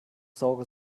saure